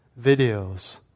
videos